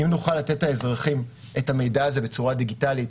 אם נוכל לתת לאזרחים את המידע הזה בצורה דיגיטלית,